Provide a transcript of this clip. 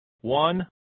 one